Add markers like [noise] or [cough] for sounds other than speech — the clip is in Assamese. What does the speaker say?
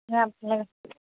[unintelligible]